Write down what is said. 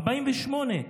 48'